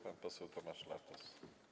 Pan poseł Tomasz Latos.